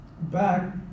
back